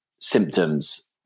symptoms